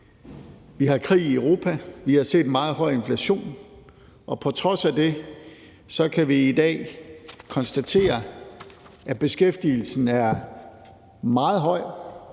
vi har krig i Europa, og vi har set en meget høj inflation. På trods af det kan vi i dag konstatere, at beskæftigelsen er meget høj,